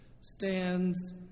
stands